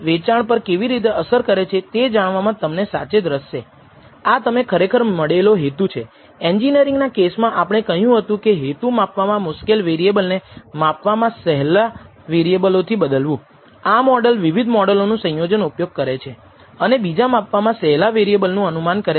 એ જ રીતે આપણે બતાવી શકીએ કે β̂₀ નું વેરિએન્સ σ2 છે જે આ ગુણોત્તર દ્વારા ગુણાવેલ એરર વેરિએન્સ છે અંશ એ બધા સ્વતંત્ર ચલોના સરવાળા મૂલ્યો છે જ્યારે છેદ સ્વતંત્ર ચલના વેરિએન્સને રજૂ કરે છે